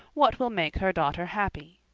what will make her daughter happy.